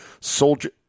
Soldier